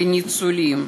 לניצולים,